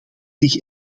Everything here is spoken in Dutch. zich